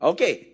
Okay